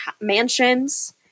mansions